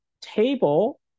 table